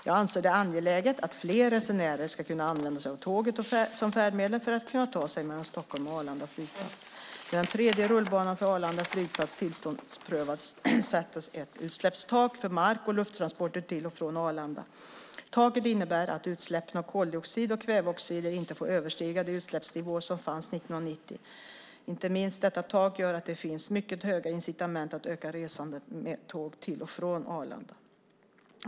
Jag anser det angeläget att fler resenärer ska kunna använda sig av tåget som färdmedel för att ta sig mellan Stockholm och Arlanda flygplats. När den tredje rullbanan för Arlanda flygplats tillståndsprövades sattes ett utsläppstak för mark och lufttransporter till och från Arlanda. Taket innebär att utsläppen av koldioxid och kväveoxider inte får överstiga de utsläppsnivåer som fanns 1990. Inte minst detta tak gör att det finns mycket höga incitament att öka resandet med tåg till och från Arlanda.